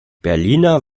berliner